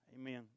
Amen